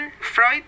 Freud